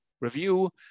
review